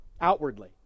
outwardly